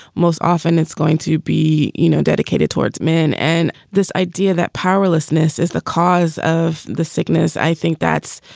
most often it's going to be, you know, dedicated towards men. and this idea that powerlessness is the cause of the sickness. i think that's